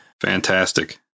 Fantastic